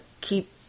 keep